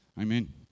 Amen